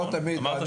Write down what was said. כל אומר פה